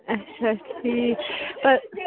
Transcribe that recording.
اَچھا ٹھیٖک چھُ